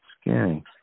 Scary